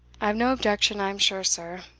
i have no objection, i am sure, sir,